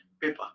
paper